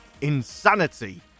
insanity